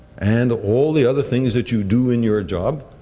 and all the other things that you do in your job,